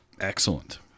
Excellent